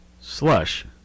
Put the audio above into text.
slush